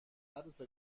عروس